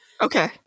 Okay